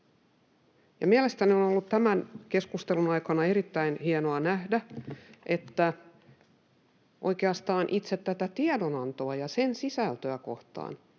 mielestäni on ollut tämän keskustelun aikana erittäin hienoa nähdä, että oikeastaan itse tätä tiedonantoa ja sen sisältöä kohtaan